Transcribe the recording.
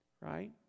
Right